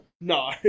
No